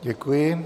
Děkuji.